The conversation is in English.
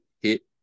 hit